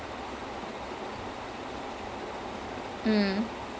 with nostalgia and sadness that fades to black